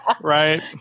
right